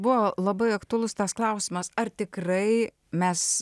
buvo labai aktualus tas klausimas ar tikrai mes